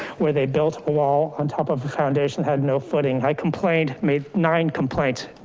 where they built a wall on top of the foundation, had no footing. i complained, made nine complaint,